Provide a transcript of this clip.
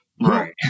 Right